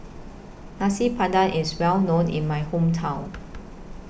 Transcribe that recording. Nasi Padang IS Well known in My Hometown